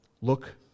Look